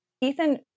Ethan